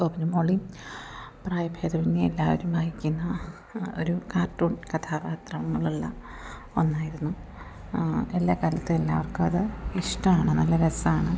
ബോബനും മോളിയും പ്രായഭേദമന്യേ എല്ലാവരും വായിക്കുന്ന ഒരു കാർട്ടൂൺ കഥാപാത്രങ്ങളുള്ള ഒന്നായിരുന്നു എല്ലാ കാലത്തും എല്ലാവർക്കും അത് ഇഷ്ടമാണ് നല്ല രസമാണ്